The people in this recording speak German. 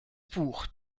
buch